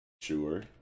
Sure